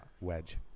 Wedge